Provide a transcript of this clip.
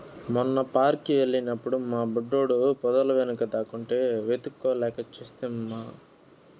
మొన్న పార్క్ కి వెళ్ళినప్పుడు మా బుడ్డోడు పొదల వెనుక దాక్కుంటే వెతుక్కోలేక చస్తిమి కదా